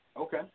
Okay